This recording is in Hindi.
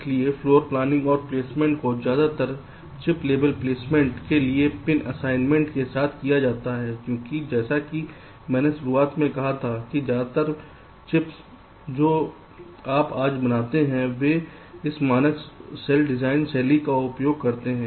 इसलिए फ्लोर प्लानिंग और प्लेसमेंट को ज्यादातर चिप लेवल प्लेसमेंट के लिए पिन असाइनमेंट के साथ किया जाता है क्योंकि जैसा कि मैंने शुरुआत में कहा था कि ज्यादातर चिप्स जो आप आज बनाते हैं वे इस मानक सेल डिजाइन शैली का उपयोग करते हैं